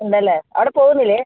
ഉണ്ടല്ലേ അവിടെ പോവുന്നില്ലേ